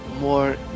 more